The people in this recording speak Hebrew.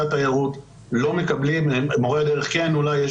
התיירות לא מקבלים מורי הדרך אולי כן,